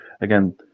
again